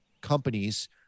companies